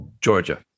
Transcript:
Georgia